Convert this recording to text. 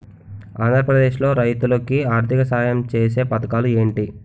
ఆంధ్రప్రదేశ్ లో రైతులు కి ఆర్థిక సాయం ఛేసే పథకాలు ఏంటి?